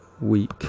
week